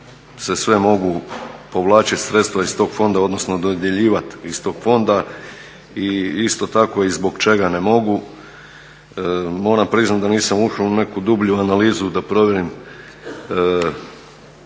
sve mogu povlačiti sredstva iz tog fonda, odnosno dodjeljivati iz tog fonda i isto tako i zbog čega ne mogu. Moram priznati da nisam ušao u neku dublju analizu da provjerim